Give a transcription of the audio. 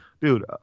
dude